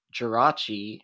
Jirachi